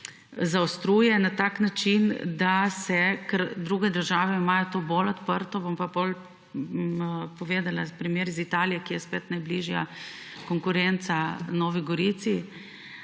zaostruje na tak način, da se – druge države imajo to bolj odprto, bom potem povedala primer iz Italije, ki je spet najbližja konkurenca Novi Gorici